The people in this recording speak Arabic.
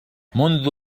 منذ